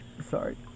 sorry